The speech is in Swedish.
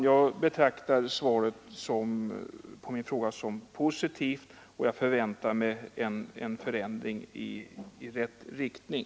Jag betraktar svaret på min fråga som positivt och förväntar mig en förändring i rätt riktning.